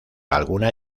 alguna